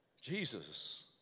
Jesus